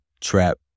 trap